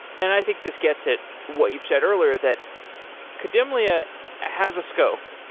and i think this gets at what you've said earlier, that kademlia has a scope.